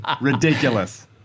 Ridiculous